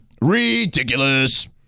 Ridiculous